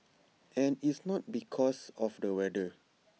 and it's not because of the weather